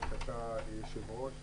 גם שאתה יושב-הראש,